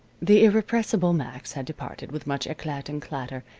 the irrepressible max had departed with much eclat and clatter,